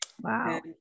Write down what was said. Wow